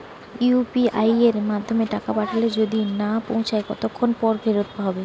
UPI য়ের মাধ্যমে টাকা পাঠালে যদি না পৌছায় কতক্ষন পর ফেরত হবে?